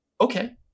okay